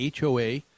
HOA